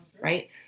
right